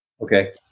Okay